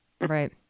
Right